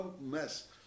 mess